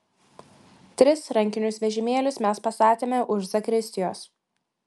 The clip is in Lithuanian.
tris rankinius vežimėlius mes pastatėme už zakristijos